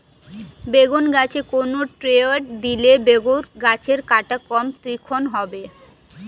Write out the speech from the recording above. বেগুন গাছে কোন ষ্টেরয়েড দিলে বেগু গাছের কাঁটা কম তীক্ষ্ন হবে?